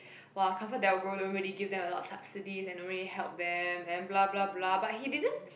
!wah! ComfortDelgro don't really give them a lot subsidies then don't really help them and bla bla bla but he didn't